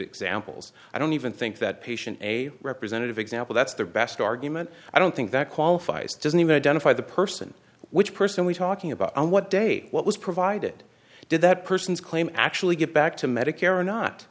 examples i don't even think that patient a representative example that's their best argument i don't think that qualifies doesn't even identify the person which person we're talking about on what day what was provided did that person's claim actually get back to medicare or not